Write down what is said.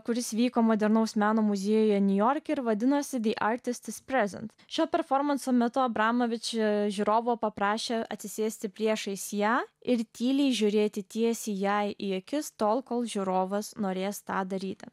kuris vyko modernaus meno muziejuje niujorke ir vadinosi the artist is present šio performanso metu abramovič žiūrovo paprašė atsisėsti priešais ją ir tyliai žiūrėti tiesiai jai į akis tol kol žiūrovas norės tą daryti